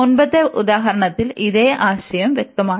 മുമ്പത്തെ ഉദാഹരണത്തിൽ ഇതേ ആശയം വ്യക്തമാണ്